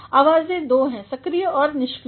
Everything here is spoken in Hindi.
आवाज़ दो हैं सक्रिय और निष्क्रिय